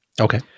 Okay